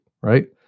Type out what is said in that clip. right